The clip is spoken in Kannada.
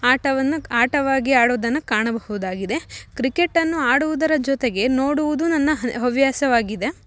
ಆಟವನ್ನು ಆಟವಾಗಿ ಆಡೋದನ್ನು ಕಾಣಬಹುದಾಗಿದೆ ಕ್ರಿಕೆಟನ್ನು ಆಡುವುದರ ಜೊತೆಗೆ ನೋಡುವುದು ನನ್ನ ಹವ್ಯಾಸವಾಗಿದೆ